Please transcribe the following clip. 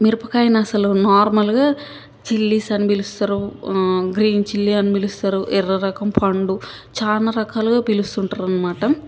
మిరపకాయని అసలు నార్మల్గా చిల్లస్ అని పిలుస్తారు గ్రీన్ చిల్లీ అని పిలుస్తారు ఎర్ర రకం పండు చాలా రకాలుగా పిలుస్తుంటరనమాట